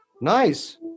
Nice